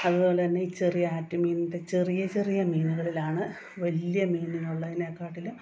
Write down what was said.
അതുപോലെതന്നെ ഈ ചെറിയ ആറ്റു മീനിന്റെ ചെറിയ ചെറിയ മീനുകളിലാണ് വലിയ മീനിനുള്ളതിനെക്കാട്ടിലും